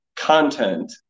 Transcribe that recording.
content